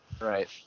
Right